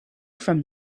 from